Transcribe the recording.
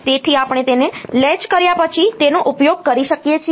તેથી આપણે તેને લૅચ કર્યા પછી તેનો ઉપયોગ કરી શકીએ છીએ